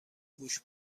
گوشت